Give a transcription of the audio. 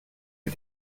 für